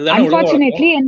Unfortunately